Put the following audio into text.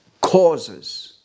causes